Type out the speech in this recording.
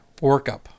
workup